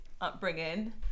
upbringing